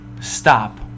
stop